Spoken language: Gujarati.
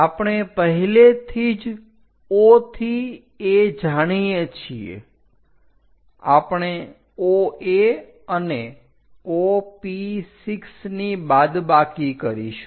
આપણે પહેલેથી જ O થી A જાણીએ છીએ આપણે OA અને OP6 ની બાદબાકી કરીશું